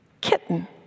Kitten